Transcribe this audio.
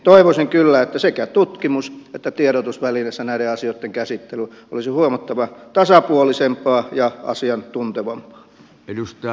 toivoisin kyllä että sekä tutkimus että tiedotusvälineissä näiden asioitten käsittely olisi huomattavasti tasapuolisempaa ja asiantuntevampaa